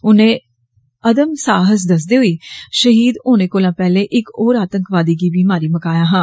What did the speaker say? उनें अदमय साइस दसदे होई षहीद होने कोला पैहला इक होर आतंकवादी गी बी मारी मकाया हा